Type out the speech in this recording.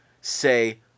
say